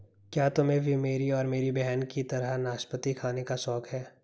क्या तुम्हे भी मेरी और मेरी बहन की तरह नाशपाती खाने का शौक है?